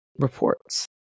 reports